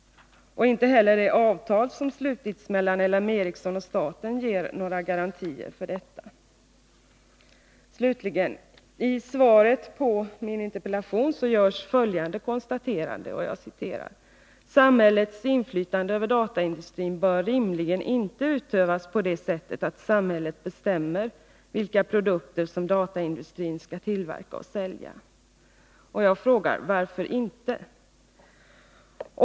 Inte heller det avtal som har slutits mellan LM Ericsson och staten ger några garantier härvidlag. Slutligen: I svaret på min interpellation görs följande konstaterande: ”Samhällets inflytande över dataindustrin bör rimligen inte utövas på det sättet att samhället bestämmer vilka produkter som dataindustrin skall tillverka och sälja.” Jag frågar: Varför inte?